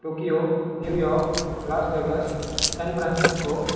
Tokyo New York Las Vegas San Francisco